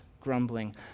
grumbling